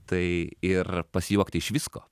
tai ir pasijuokti iš visko